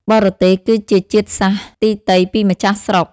បរទេស គឺជាជាតិសាសន៍ទីទៃពីម្ចាស់ស្រុក ។